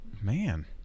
Man